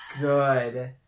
good